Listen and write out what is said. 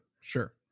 sure